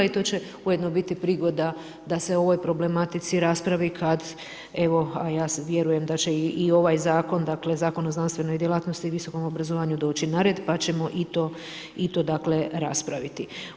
I to će ujedno biti prigoda da se o ovoj problematici raspravi kada, evo a ja vjerujem da će i ovaj zakon dakle Zakon o znanstvenoj djelatnosti i visokom obrazovanju doći na red, pa ćemo i to raspraviti.